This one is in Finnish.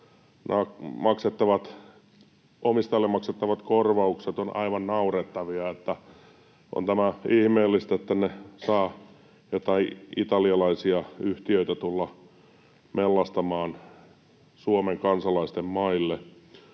omistajille maksettavat korvaukset ovat aivan naurettavia. On tämä ihmeellistä, että tänne saa jotain italialaisia yhtiöitä tulla mellastamaan Suomen kansalaisten maille.